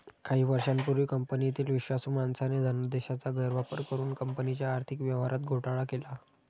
काही वर्षांपूर्वी कंपनीतील विश्वासू माणसाने धनादेशाचा गैरवापर करुन कंपनीच्या आर्थिक व्यवहारात घोटाळा केला